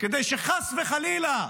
כדי שחס חלילה,